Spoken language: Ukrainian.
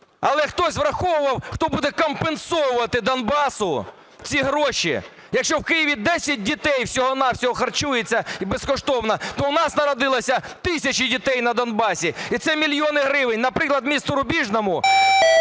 Але хтось враховував хто буде компенсувати Донбасу ці гроші? Якщо в Києві 10 дітей всього-навсього харчується безкоштовно, то у нас народилися тисячі дітей на Донбасі і це мільйони гривень. Наприклад, місту Рубіжному